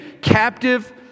captive